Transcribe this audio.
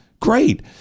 Great